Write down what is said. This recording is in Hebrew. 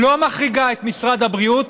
לא מחריגה את משרד הבריאות,